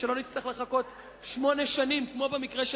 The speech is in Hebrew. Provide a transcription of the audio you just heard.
ולא נצטרך לחכות שמונה שנים כמו במקרה של